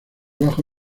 bajo